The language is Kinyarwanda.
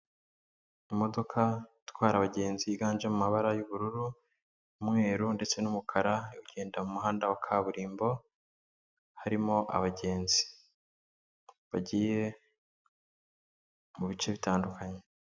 Imodoka itwara abagenzi yiganjemo amabara y'ubururu, umweru ndetse n'umukara iri kugenda mu muhanda wa kaburimbo harimo abagenzi, bagiye mubi bice bitandukanye.